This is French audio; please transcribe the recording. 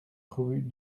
rue